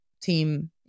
team